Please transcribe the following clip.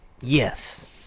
Yes